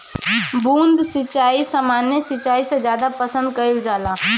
बूंद सिंचाई सामान्य सिंचाई से ज्यादा पसंद कईल जाला